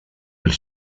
elle